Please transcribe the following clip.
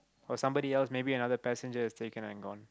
or somebody else maybe another passenger has taken and gone